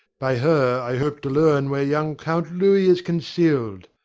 by her i hope to learn where young count louis is concealed.